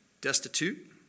destitute